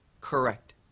correct